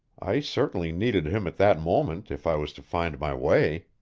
i certainly needed him at that moment if i was to find my way.